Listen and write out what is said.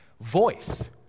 Voice